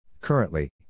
Currently